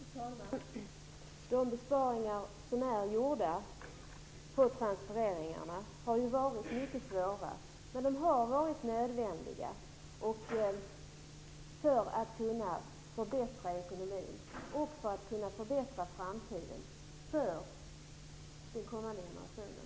Fru talman! De besparingar som är gjorda på transfereringarna har varit mycket svåra. Men de har varit nödvändiga för att kunna förbättra ekonomin och för att kunna förbättra framtiden för den kommande generationen.